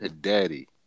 daddy